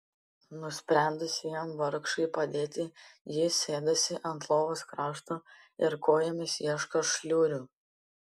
nusprendusi jam vargšui padėti ji sėdasi ant lovos krašto ir kojomis ieško šliurių